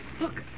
Look